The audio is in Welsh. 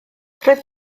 roedd